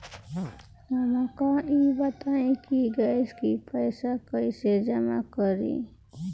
हमका ई बताई कि गैस के पइसा कईसे जमा करी?